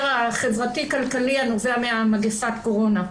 החברתי-כלכלי שנובע ממגפת הקורונה.